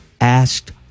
asked